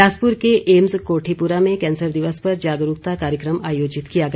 बिलासपुर के एम्स कोठीपुरा में कैंसर दिवस पर जागरूकता कार्यक्रम आयोजित किया गया